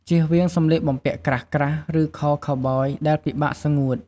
ជៀសវាងសម្លៀកបំពាក់ក្រាស់ៗ ឬខោខៅប៊យដែលពិបាកស្ងួត។